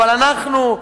אבל אנחנו,